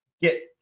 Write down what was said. get